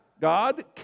god